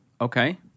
Okay